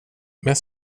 med